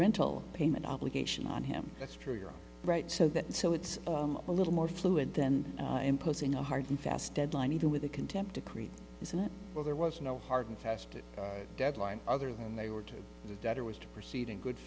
rental payment obligation on him that's true you're right so that and so it's a little more fluid then imposing a hard and fast deadline even with a contempt to create isn't it well there was no hard and fast it deadline other than they were to the debtor was to proceed in good